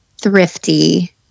thrifty